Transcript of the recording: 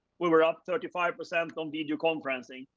we were up thirty five percent on videoconferencing.